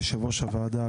יושב ראש הוועדה,